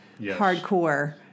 hardcore